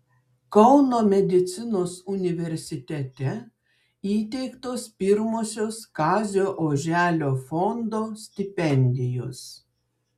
kauno medicinos universitete įteiktos pirmosios kazio oželio fondo stipendijos